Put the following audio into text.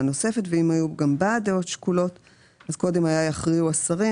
מספיק שיהיה קטין שקונה ווינר ב-10 שקלים בשביל לסגור תחנה לשנה.